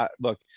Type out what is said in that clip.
look